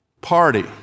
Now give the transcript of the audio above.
party